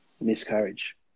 Miscarriage